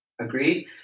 Agreed